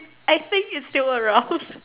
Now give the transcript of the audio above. I think it's still around